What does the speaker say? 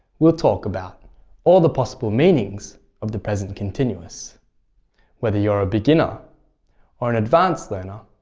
we'll talk about all the possible meanings of the present continuous whether you're a beginner or an advanced learner,